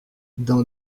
dans